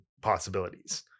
possibilities